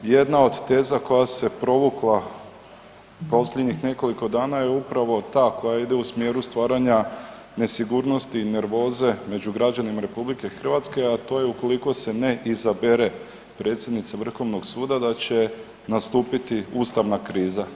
Jedna od teza koja se provukla posljednjih nekoliko dana je upravo ta koja ide u smjeru stvaranja nesigurnosti i nervoze među građanima RH, a to je ukoliko se ne izabere predsjednica vrhovnog suda da će nastupiti ustavna kriza.